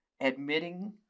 admitting